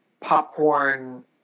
popcorn